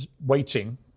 waiting